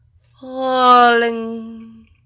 falling